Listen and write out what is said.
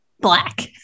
black